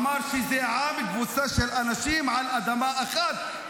אמר שזה עם: קבוצה של אנשים על אדמה אחת,